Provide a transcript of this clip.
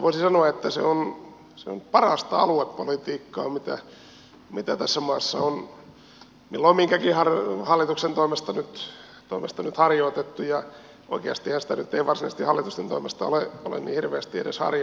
voisi sanoa että se on parasta aluepolitiikkaa mitä tässä maassa on milloin minkäkin hallituksen toimesta harjoitettu ja oikeastihan sitä nyt ei varsinaisesti hallitusten toimesta ole niin hirveästi edes harjoitettu